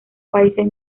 países